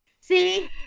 See